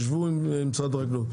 שבו עם משרד החקלאות.